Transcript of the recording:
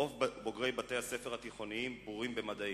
רוב בוגרי בתי-הספר התיכוניים בורים במדעים.